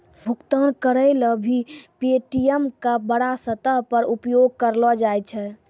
भुगतान करय ल भी पे.टी.एम का बड़ा स्तर पर उपयोग करलो जाय छै